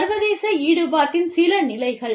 சர்வதேச ஈடுபாட்டின் சில நிலைகள்